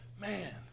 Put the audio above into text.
man